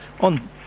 on